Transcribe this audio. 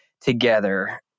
together